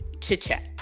Chit-chat